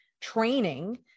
training